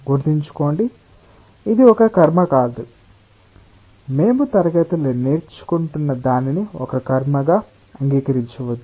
గుర్తుంచుకోండి ఇది ఒక కర్మ కాదు మేము తరగతిలో నేర్చుకుంటున్నదానిని ఒక కర్మగా అంగీకరించవద్దు